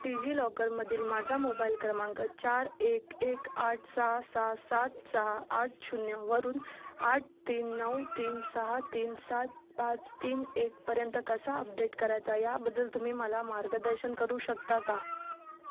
डिजिलॉकरमधील माझा मोबाईल क्रमांक चार एक एक आठ सहा सहा सात सहा आठ शून्यवरून आठ तीन नऊ तीन सहा तीन सात पाच तीन एकपर्यंत कसा अपडेट करायचा याबद्दल तुम्ही मला मार्गदर्शन करू शकता का